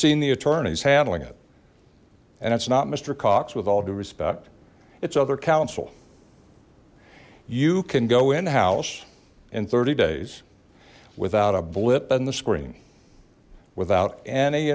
seen the attorneys handling it and it's not mister cox with all due respect it's other counsel you can go in house in thirty days without a blip and the screen without any